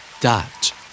Dot